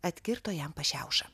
atkirto jam pašiauša